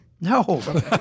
No